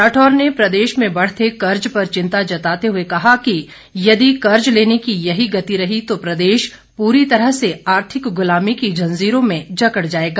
राठौर ने प्रदेश में बढ़ते कर्ज पर चिंता जताते हुए कहा कि यदि कर्ज लेने की यही गति रही तो प्रदेश पूरी तरह से आर्थिक गुलामी की जंजीरों में जकड़ जाएगा